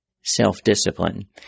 self-discipline